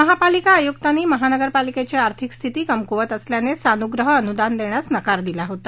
महापालिका आयुर्कांनी महापालिकेची आर्थिक स्थिती कमक्वत असल्याने सानुग्रह अनुदान देण्यास नकार दिला होता